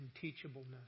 teachableness